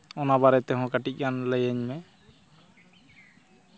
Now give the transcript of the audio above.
ᱚᱱᱟ ᱵᱟᱨᱮ ᱛᱮᱦᱚᱸ ᱠᱟᱹᱴᱤᱡ ᱟᱢ ᱞᱟᱹᱭᱟᱹᱧ ᱢᱮ